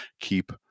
keep